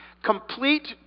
complete